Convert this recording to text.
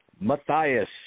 Matthias